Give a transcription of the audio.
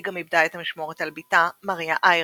היא גם איבדה את המשמורת על בתה, מריה איירס,